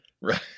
right